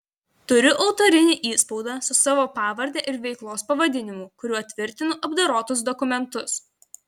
turiu autorinį įspaudą su savo pavarde ir veiklos pavadinimu kuriuo tvirtinu apdorotus dokumentus